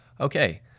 Okay